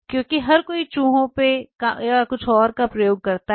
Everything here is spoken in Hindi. क्योंकि हर कोई चूहों या कुछ और का उपयोग करता है